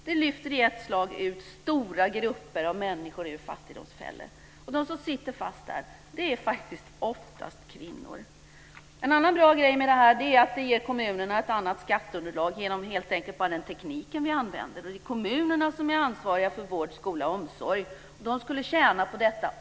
Det lyfter i ett slag ut stora grupper av människor ur fattigdomsfällor, och de som sitter fast där är faktiskt oftast kvinnor. En annan bra grej med det här är att det ger kommunerna ett annat skatteunderlag helt enkelt bara genom den teknik vi använder. Det är kommunerna som är ansvariga för vård, skola och omsorg, och de skulle också tjäna på detta.